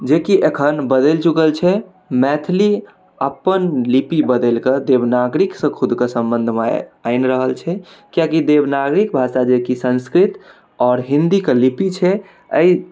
जेकि अखन बदलि चुकल छै मैथिली अपन लिपि बदलिके देवनागरीसँ खुदके संबंध मानि रहल छै किआकि देवनागरी भाषा जेकि संस्कृत आओर हिंदी कऽ लिपि छै एहि